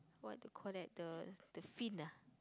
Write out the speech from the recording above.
what they call that the the fin ah